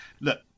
Look